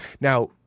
Now